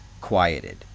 quieted